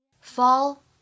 fall